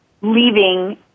leaving